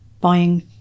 buying